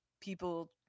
people